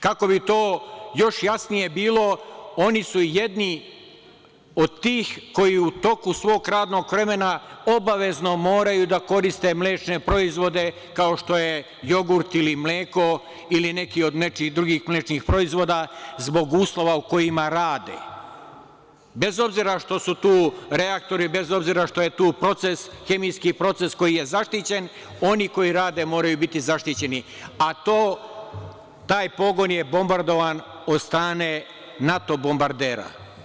Kako bi to još jasnije bilo, oni su jedni od tih koji u toku svog radnog vremena obavezno moraju da koriste mlečne proizvode, kao što su jogurt, mleko ili neki drugi mlečni proizvod, zbog uslova u kojima rade, bez obzira što su tu reaktori, bez obzira što je tu hemijski proces koji je nezaštićen, oni koji rade moraju biti zaštićeni, a taj pogon je bombardovan od strane NATO bombardera.